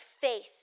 faith